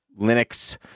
Linux